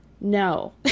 no